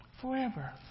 Forever